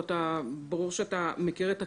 ברור שאתה מכיר את הכללים,